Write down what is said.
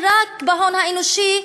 זה רק ההון האנושי,